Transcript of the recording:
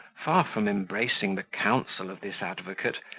far from embracing the counsel of this advocate,